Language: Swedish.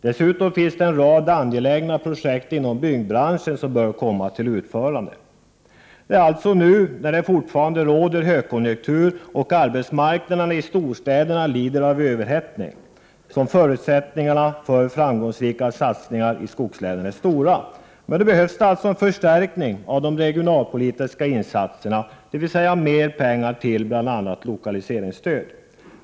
Dessutom finns det en rad angelägna projekt inom byggbranschen som bör genomföras. Det är alltså nu, när det fortfarande råder högkonjunktur och arbetsmarknaden i storstäderna lider av överhettning, som förutsättningarna för framgångsrika satsningar i skogslänen är stora. Men det förutsätter en förstärkning av de regionalpolitiska insatserna, dvs. mera pengar till bl.a. lokaliseringsstöd.